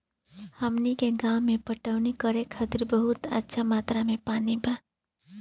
हमनी के गांवे पटवनी करे खातिर बहुत अच्छा मात्रा में पानी बा